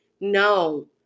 No